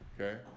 okay